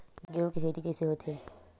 गेहूं के खेती कइसे होथे?